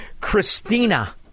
Christina